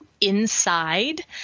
inside